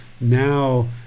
now